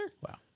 Wow